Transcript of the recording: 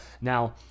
Now